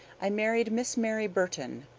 i married miss mary burton,